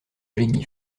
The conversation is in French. geignit